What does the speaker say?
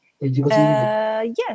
yes